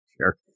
Sure